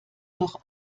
doch